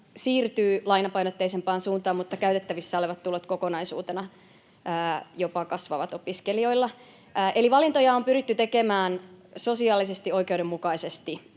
siirtyy lainapainotteisempaan suuntaan, mutta käytettävissä olevat tulot kokonaisuutena jopa kasvavat opiskelijoilla. Eli valintoja on pyritty tekemään sosiaalisesti oikeudenmukaisesti.